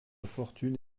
fortune